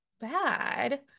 bad